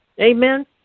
Amen